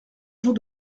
jour